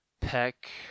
Peck